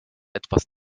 etwas